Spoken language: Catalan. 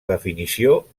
definició